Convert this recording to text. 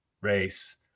race